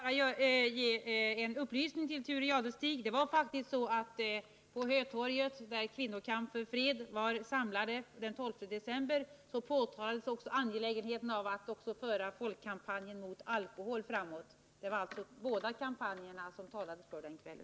Herr talman! Det var länge sedan jag hörde en centerpartist i det politiska livet tala om decentralisering, men det var ju glädjande att höra det nu. Jag undrar emellertid vilket samhälle vi hade haft att möta 1980-talet med om vi på 1960-talet hade gått in i centerns lokalsamhälle.